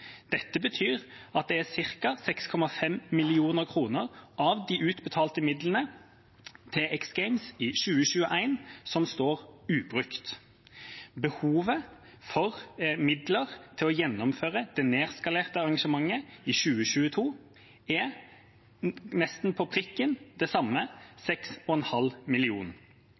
betyr at ca. 6,5 mill. kr av de utbetalte midlene til X Games står ubrukt. Behovet for midler til å gjennomføre det nedskalerte arrangementet i 2022 er nesten på prikken det samme – 6,5